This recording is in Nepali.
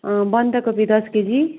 बन्द कोपी दस केजी